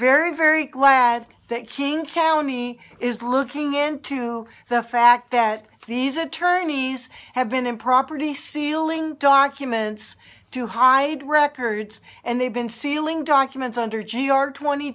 very very glad that king county is looking into the fact that these attorneys have been improperly sealing documents to hide records and they've been sealing documents under g r twenty